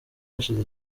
hashize